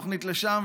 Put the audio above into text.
תוכנית לשם,